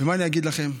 ומה אני אגיד לכם,